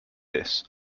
this